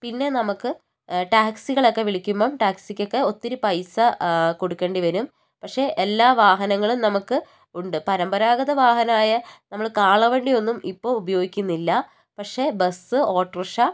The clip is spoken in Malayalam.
പിന്നെ നമുക്ക് ടാക്സികൾ ഒക്കെ വിളിക്കുമ്പോൾ ടാക്സിക്കൊക്കെ ഒത്തിരി പൈസ കൊടുക്കേണ്ടിവരും പക്ഷേ എല്ലാ വാഹനങ്ങളും നമുക്ക് ഉണ്ട് പരമ്പരാഗത വാഹനമായ നമ്മൾ കാളവണ്ടി ഒന്നും ഇപ്പോൾ ഉപയോഗിക്കുന്നില്ല പക്ഷേ ബസ് ഓട്ടോറിക്ഷ